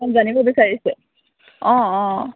অলপ জানিব বিচাৰিছে অঁ অঁ